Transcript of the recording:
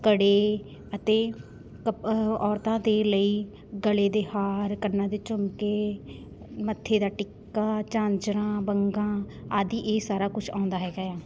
ਕੜੇ ਅਤੇ ਕਪ ਔਰਤਾਂ ਦੇ ਲਈ ਗਲੇ ਦੇ ਹਾਰ ਕੰਨਾਂ ਦੇ ਝੁਮਕੇ ਮੱਥੇ ਦਾ ਟਿੱਕਾ ਝਾਜਰਾਂ ਵੰਗਾਂ ਆਦਿ ਇਹ ਸਾਰਾ ਕੁਛ ਆਉਂਦਾ ਹੈਗਾ ਹੈ ਆ